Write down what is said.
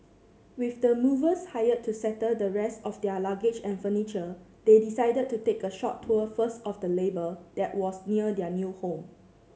with the movers hired to settle the rest of their luggage and furniture they decided to take a short tour first of the harbour that was near their new home